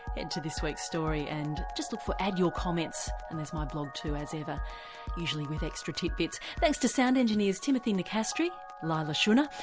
enter this week's story and just look for add your comments, and there's my blog too as ever usually with extra titbits. thanks to sound engineers timothy nicastri and leila shunnar.